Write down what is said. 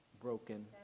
broken